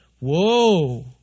Whoa